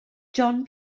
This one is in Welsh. john